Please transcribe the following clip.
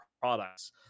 products